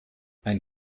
ein